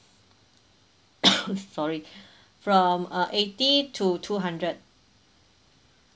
sorry from uh eighty to two hundred